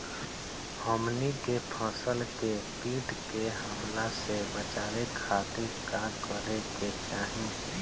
हमनी के फसल के कीट के हमला से बचावे खातिर का करे के चाहीं?